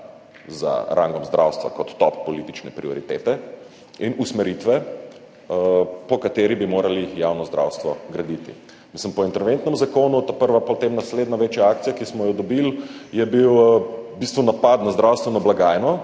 za rangom zdravstva kot top politične prioritete in usmeritve, po kateri bi morali javno zdravstvo graditi. Po interventnem zakonu je bil potem prva naslednja večja akcija, ki smo jo dobili, v bistvu napad na zdravstveno blagajno